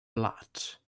blood